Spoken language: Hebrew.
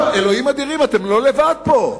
אלוהים אדירים, אתם לא לבד פה.